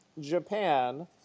Japan